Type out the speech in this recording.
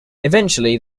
eventually